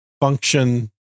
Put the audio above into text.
function